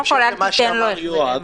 בהמשך לדברי יואב,